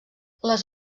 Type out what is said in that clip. les